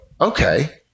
okay